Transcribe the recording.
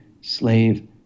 slave